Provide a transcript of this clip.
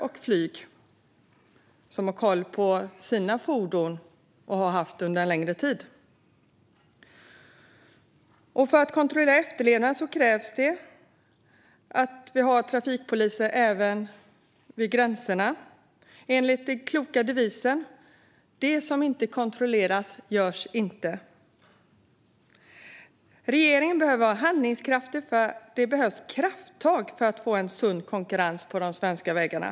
Där har man koll på sina fordon och har haft det under en längre tid. För att kontrollera efterlevnaden krävs det trafikpoliser även vid gränserna, enligt den kloka devisen "Det som inte kontrolleras görs inte". Regeringen behöver vara handlingskraftig, för det behövs krafttag för att få till sund konkurrens på de svenska vägarna.